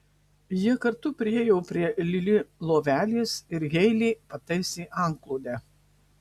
jie kartu priėjo prie lili lovelės ir heilė pataisė antklodę